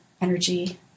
energy